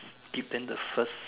give them the first